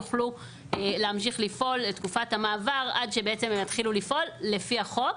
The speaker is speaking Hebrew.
יוכלו להמשיך לפעול לתקופת המעבר עד שבעצם הם יתחילו לפעול לפי החוק.